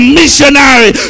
missionary